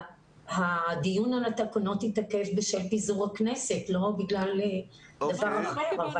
הדיון על לתקנות התעכב בשל פיזור הכנסת ולא רק בגלל דבר אחר.